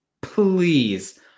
please